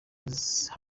hanze